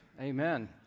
amen